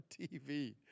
TV